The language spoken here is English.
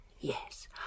Yes